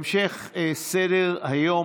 המשך סדר-היום,